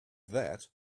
that